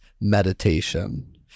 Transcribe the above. meditation